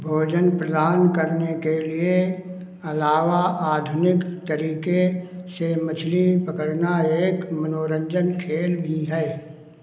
भोजन प्रदान करने के लिए अलावा आधुनिक तरीके से मछली पकड़ना एक मनोरंजन खेल भी है